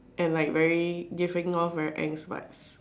and like very different off very angst but